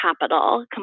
capital